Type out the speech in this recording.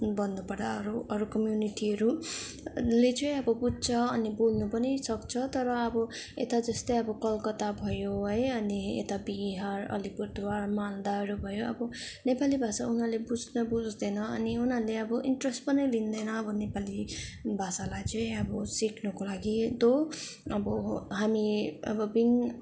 भन्नुपर्दा अरू कम्युनिटीहरूले चाहिँ अब बुझ्छ अनि बोल्नु पनि सक्छ तर अब यता जस्तै अब कलकत्ता भयो है अनि यता बिहार अलिपुरद्वार मालदाहरू भयो अब नेपाली भाषा उनीहरूले बुझ्न बुझ्दैन अनि उनीहरूले इन्ट्रेस पनि लिँदैनअब नेपाली भाषालाई चाहिँ अब सिक्नुको लागि दो अब हामी अब बिइङ